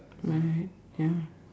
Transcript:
right ya